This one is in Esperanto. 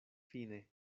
fine